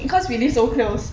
mm